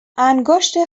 انگشت